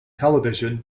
television